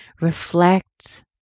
reflect